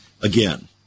again